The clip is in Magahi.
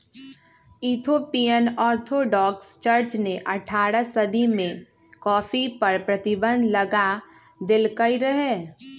इथोपियन ऑर्थोडॉक्स चर्च ने अठारह सदी में कॉफ़ी पर प्रतिबन्ध लगा देलकइ रहै